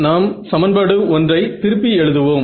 நாம் சமன்பாடு 1 ஐ திருப்பி எழுதுவோம்